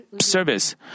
service